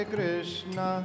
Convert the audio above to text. Krishna